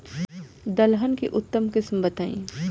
दलहन के उन्नत किस्म बताई?